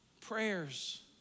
prayers